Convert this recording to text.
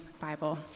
Bible